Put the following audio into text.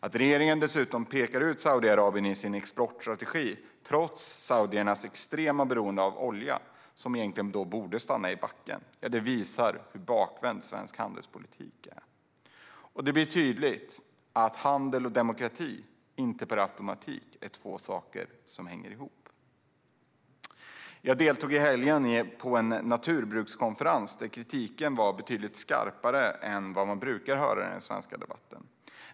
Att regeringen dessutom pekar ut Saudiarabien i sin exportstrategi trots saudiernas extrema beroende av olja, som borde stanna i backen, visar hur bakvänd svensk handelspolitik är. Det blir tydligt att handel och demokrati inte per automatik hänger ihop. Jag deltog i helgen på en naturbrukskonferens där kritiken var betydligt skarpare än vad man brukar höra i den svenska debatten.